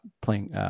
playing